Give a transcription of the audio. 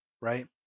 right